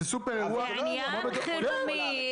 זה עניין חירומי.